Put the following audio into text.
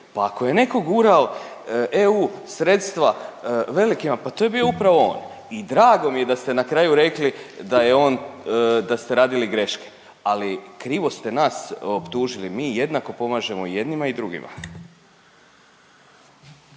pa ako je neko gurao EU sredstva velikima pa to je bio upravo on. I drago mi je da ste na kraju rekli da je on, da ste radili greške, ali krivo ste nas optužili. Mi jednako pomažemo jednima i drugima.